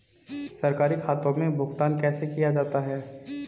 सरकारी खातों में भुगतान कैसे किया जाता है?